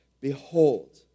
behold